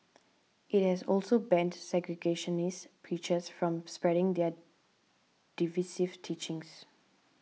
it has also banned segregationist preachers from spreading their divisive teachings